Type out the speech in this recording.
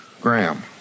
Graham